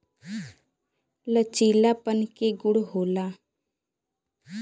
लचीलापन के गुण होला